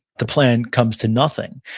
the plan comes to nothing,